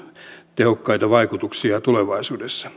tehokkaita vaikutuksia tulevaisuudessa